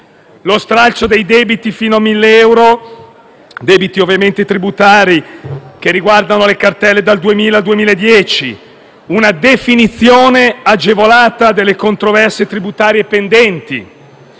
lo stralcio dei debiti fino a 1.000 euro: debiti ovviamente tributari, che riguardano le cartelle dal 2000 al 2010; una definizione agevolata delle controversie tributarie pendenti;